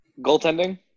Goaltending